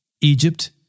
Egypt